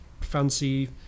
fancy